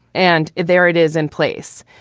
and there it is in place.